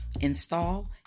install